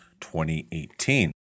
2018